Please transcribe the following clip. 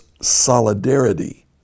solidarity